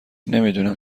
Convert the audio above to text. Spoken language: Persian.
نمیدونم